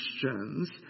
questions